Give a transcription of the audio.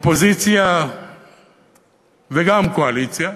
אופוזיציה וגם קואליציה,